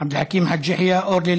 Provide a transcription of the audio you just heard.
עבד אל חכים חאג' יחיא,